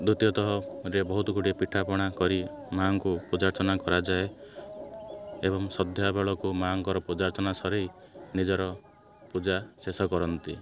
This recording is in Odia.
ଦ୍ଵିତୀୟତଃରେ ବହୁତ ଗୁଡ଼ିଏ ପିଠାପଣା କରି ମାଆଙ୍କୁ ପୂଜାର୍ଚ୍ଚନା କରାଯାଏ ଏବଂ ସନ୍ଧ୍ୟାବେଳକୁ ମାଆଙ୍କର ପୂଜା ଅର୍ଚ୍ଚନା ସରି ନିଜର ପୂଜା ଶେଷ କରନ୍ତି